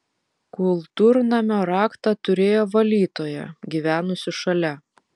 kultūrnamio raktą turėjo valytoja gyvenusi šalia